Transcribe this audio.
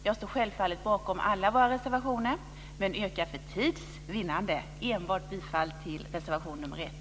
Jag står självfallet bakom alla våra reservationer, men yrkar för tids vinnande bifall enbart till reservation 1.